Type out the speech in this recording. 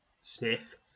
smith